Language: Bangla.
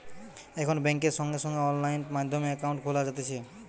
এখন বেংকে সঙ্গে সঙ্গে অনলাইন মাধ্যমে একাউন্ট খোলা যাতিছে